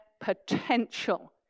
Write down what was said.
potential